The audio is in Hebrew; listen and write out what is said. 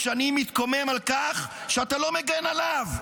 כשאני מתקומם על כך שאתה לא מגן עליו.